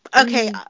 Okay